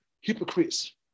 hypocrites